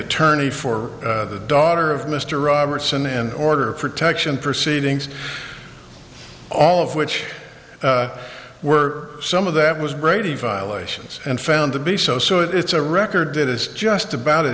attorney for the daughter of mr robertson an order of protection proceedings all of which were some of that was brady violations and found to be so so it's a record that is just about a